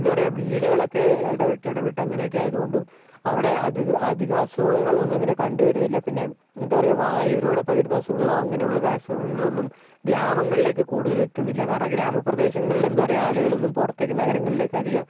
എന്താ പറയുക വീടുകളൊക്കെ ഇടവിട്ട് ഇടവിട്ട് അങ്ങനെയൊക്കെ ആയതുകൊണ്ടും അവിടെ അധികം അസുഖങ്ങളൊന്നും അങ്ങനെ കണ്ടുവരുന്നില്ല പിന്നെ എന്താ പറയുക വായുവിലൂടെ പകരുന്ന അസുഖങ്ങളോ അങ്ങനെയുള്ള അസുഖങ്ങളൊന്നും ഗ്രാമങ്ങളിലേക്ക് കൂടുതലും എത്തുന്നില്ല കാരണം ഗ്രാമപ്രദേശങ്ങളിലെ എന്താ പറയുക ആളുകളൊന്നും പുറത്തേക്ക് നഗരങ്ങളിലേക്ക് അധികം